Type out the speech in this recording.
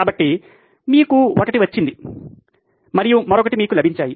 కాబట్టి మీకు ఒకటి వచ్చింది మరియు మరొకటి మీకు లభించాయి